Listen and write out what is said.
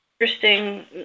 interesting